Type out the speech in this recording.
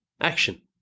Action